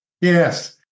Yes